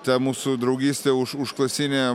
ta mūsų draugystė už užklasinė